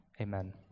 Amen